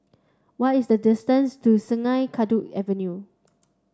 what is the distance to Sungei Kadut Avenue